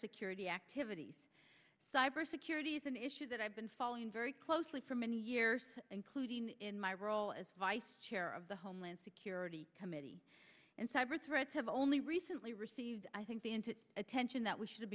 security activities cyber security is an issue that i've been following very closely for many years including in my role as vice chair of the homeland security committee and cyber threats have only recently received i think the attention that we should have